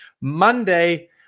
Monday